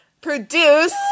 produce